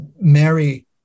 Mary